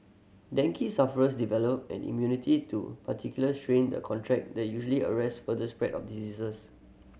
dengue sufferers develop an immunity to particular strain the contract that usually arrests further spread of diseases